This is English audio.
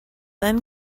then